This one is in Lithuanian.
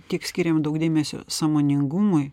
tik skiriam daug dėmesio sąmoningumui